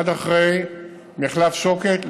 עד אחרי מחלף שוקת,